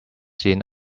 seen